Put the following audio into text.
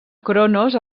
cronos